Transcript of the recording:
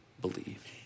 believe